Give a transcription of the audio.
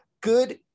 Good